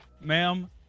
ma'am